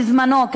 בזמנו,